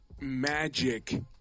magic